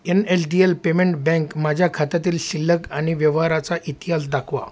N S D L payment bank माझ्या खात्यातील शिल्लक आणि व्यवहाराचा इतिहास दाखवा